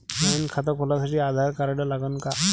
नवीन खात खोलासाठी आधार कार्ड लागन का?